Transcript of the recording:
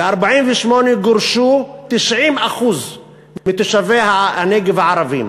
ב-1948 גורשו 90% מתושבי הנגב הערבים,